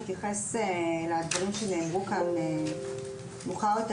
להתייחס לדברים שנאמרו כאן מאוחר יותר,